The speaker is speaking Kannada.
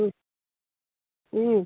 ಹ್ಞೂ ಹ್ಞೂ